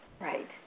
Right